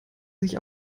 sich